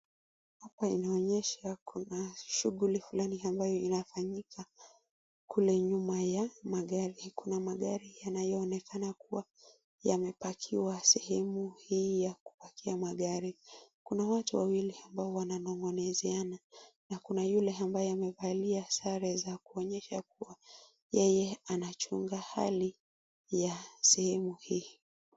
Hapa inaonyesha kuna shughuli flani ambayo inafanyika kule nyuma ya magari, kuna magari yanayoonekana kuwa yamepakiwa sehemu hii ya kupakiwa magari, kuna watu wawili ambao wananong'onezeana na kuna yule ambaye amevalia sare za kuonyesha kuwa yeye anachunga hali ya sehemu hii.